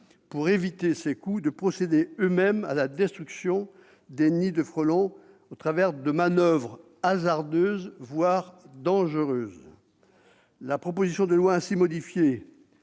pour éviter ces coûts, de procéder eux-mêmes à la destruction des nids de frelons au travers de manoeuvres hasardeuses, voire dangereuses. La proposition de loi ainsi modifiée